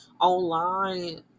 online